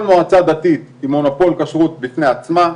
כל מועצה דתית היא מונופול כשרות בפני עצמו,